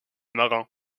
marin